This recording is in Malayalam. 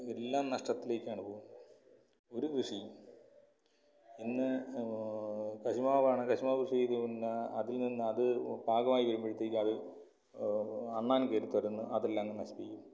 എല്ലാം നഷ്ടത്തിലേക്കാണ് പോകുന്നത് ഒരു കൃഷിയും ഇന്ന് കശുമാവാണ് കശുമാവ് കൃഷി ചെയ്തും പിന്നെ അതിൽ നിന്നത് പാകമായി വരുമ്പോഴത്തേക്കത് അണ്ണാൻ കയറി തുരന്ന് അതെല്ലാം അങ്ങ് നശിപ്പിക്കും